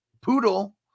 Poodle